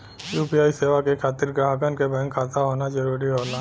UPI सेवा के खातिर ग्राहकन क बैंक खाता होना जरुरी होला